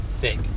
thick